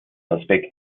aspekt